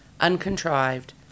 uncontrived